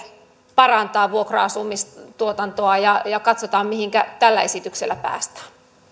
parantaa vuokra asumistuotantoa ja ja katsotaan mihinkä tällä esityksellä päästään arvoisa